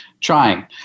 trying